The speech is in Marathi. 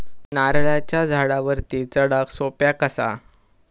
नारळाच्या झाडावरती चडाक सोप्या कसा?